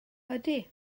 ydy